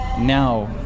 now